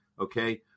okay